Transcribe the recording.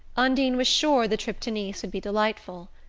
undine was sure the trip to nice would be delightful.